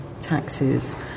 taxes